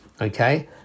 Okay